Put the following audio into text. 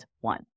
one